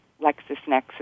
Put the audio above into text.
LexisNexis